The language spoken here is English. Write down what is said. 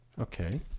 Okay